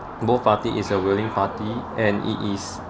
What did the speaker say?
both party is a willing party and it is